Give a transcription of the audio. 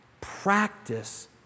Practice